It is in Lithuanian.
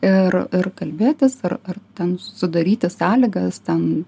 ir ir kalbėtis ar ten sudaryti sąlygas ten